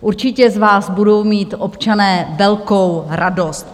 Určitě z vás budou mít občané velkou radost!